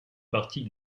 partie